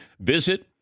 Visit